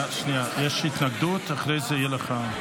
--- יש התנגדות, ואחרי זה יהיה לך.